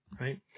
Right